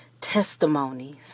testimonies